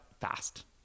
fast